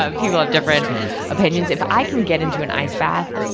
ah people have different opinions. if i can get into an ice bath,